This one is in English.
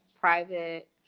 private